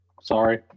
Sorry